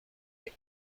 محل